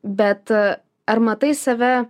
bet ar matai save